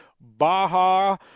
Baja